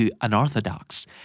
unorthodox